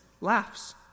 laughs